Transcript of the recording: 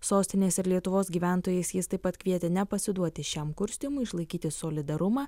sostinės ir lietuvos gyventojais jis taip pat kvietė nepasiduoti šiam kurstymui išlaikyti solidarumą